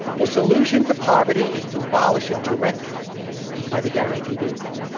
the solution to poverty is to abolish it directly by the guaranteed income.